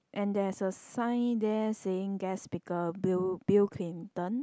and there's a sign there saying guest speaker Bill Bill Clinton